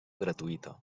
gratuïta